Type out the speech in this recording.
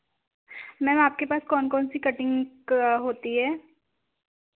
ma'am आप के पास कौन कौन सी कटिंग होती है